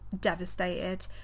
devastated